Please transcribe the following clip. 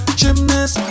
gymnast